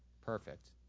Perfect